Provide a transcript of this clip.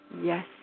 Yes